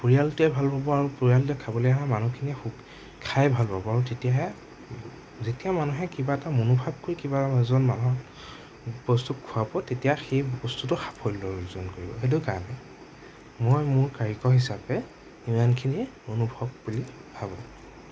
পৰিয়ালটোৱে ভাল পাব আৰু পৰিয়ালটোলে খাবলে অহা মানুহখিনিয়ে খাই ভাল পাব আৰু তেতিয়াহে যেতিয়া মানুহে কিবা এটা মনোভাৱ কৰি কিবা এজন মানুহক বস্তু খোৱাব তেতিয়া সেই বস্তুটো সাফল্য অৰ্জন কৰিব সেইটো কাৰণে মই মোৰ কাৰিকৰ হিচাপে সিমানখিনি অনুভৱ বুলি ভাৱো